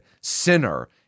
sinner